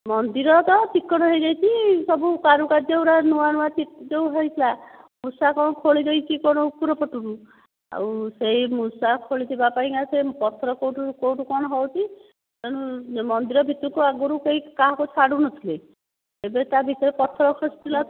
ମନ୍ଦିର ତ ଚିକ୍କଣ ହୋଇଯାଇଛି ସବୁ କାରୁକାର୍ଯ୍ୟ ଗୁଡ଼ାକ ନୂଆ ନୂଆ ଯେଉଁ ହୋଇଥିଲା ମୂଷା କ'ଣ ଖୋଳି ଦେଇଛି କ'ଣ ଉପରୁ ପଟରୁ ଆଉ ସେହି ମୂଷା ଖୋଲିଥିବା ପାଇଁକା ସେ ପଥର କେଉଁଠୁ କ'ଣ ହେଉଛି ମନ୍ଦିର ଭିତରକୁ ଆଗରୁ କେହି କାହାକୁ ଛାଡ଼ୁନଥିଲେ ଏବେ ତା ଭିତରେ ପଥର ଖସିଥିଲା ତ